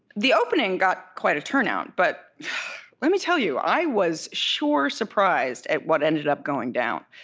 the opening got quite a turnout, but let me tell you i was sure surprised at what ended up going down.